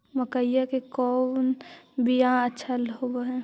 मकईया के कौन बियाह अच्छा होव है?